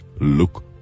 look